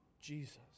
Jesus